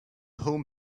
home